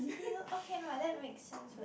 still okay lah that makes sense [what]